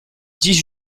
dix